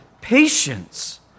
patience